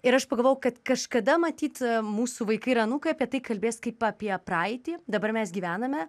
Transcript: ir aš pagalvojau kad kažkada matyt mūsų vaikai ir anūkai apie tai kalbės kaip apie praeitį dabar mes gyvename